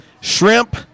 shrimp